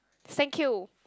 thank you